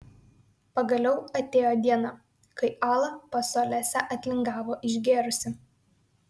pagaliau atėjo diena kai ala pas olesią atlingavo išgėrusi